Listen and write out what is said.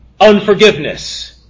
unforgiveness